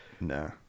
No